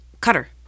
Cutter